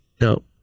No